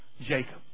Jacob